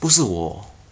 legit no lie